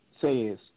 says